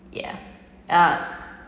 ya uh